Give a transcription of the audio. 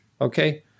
Okay